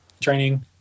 training